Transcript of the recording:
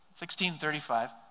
1635